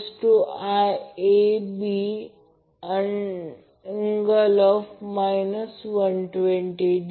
याचा अर्थ याचा अर्थ हे प्रत्यक्षात Van cos 30o V केवळ मग्निट्यूड आहे